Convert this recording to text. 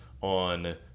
on